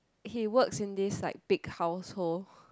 he works in this like big household